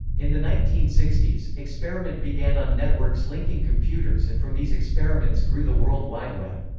in the nineteen sixty s, experiment began on networks linking computers and from these experiments grew the world wide web.